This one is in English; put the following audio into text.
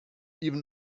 even